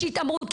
יש התעמרות,